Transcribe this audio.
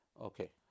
Okay